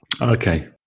Okay